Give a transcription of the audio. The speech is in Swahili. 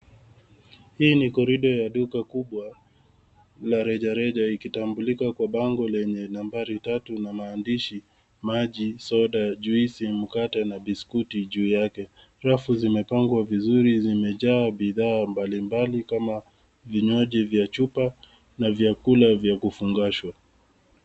Hii ni koridoo ya duka kubwa la rejareja, ikitambulika kwa bango lenye nambari tatu na maandishi maji, soda, juici, mkate, na biskuti juu yake. Rafu zimepangwa vizuri zimejaa bidhaa mbali mbali kama vinywaji za chupa na vyakula vya kufungishwa.